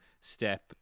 step